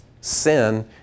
sin